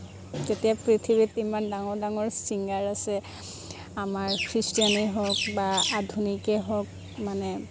যেতিয়া পৃথিৱীত ইমান ডাঙৰ ডাঙৰ ছিংগাৰ আছে আমাৰ খ্ৰীষ্টীয়ানেই হওক বা আধুনিকেই হওক মানে